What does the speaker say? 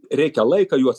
reikia laiko juos